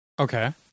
Okay